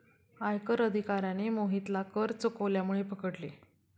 आयकर अधिकाऱ्याने मोहितला कर चुकवल्यामुळे पकडले